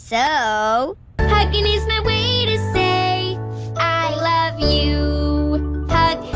so hugging is my way to say i love you hug,